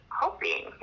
hoping